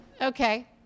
Okay